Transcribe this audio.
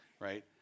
right